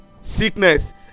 sickness